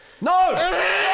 No